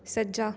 ਸੱਜਾ